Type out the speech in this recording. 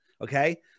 okay